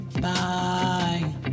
Bye